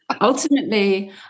Ultimately